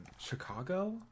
Chicago